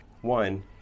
One